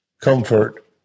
comfort